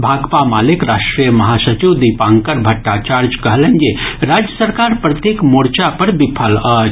भाकपा मालेक राष्ट्रीय महासचिव दीपंकर भट्टाचार्य कहलनि जे राज्य सरकार प्रत्येक मोर्चा पर विफल अछि